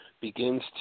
begins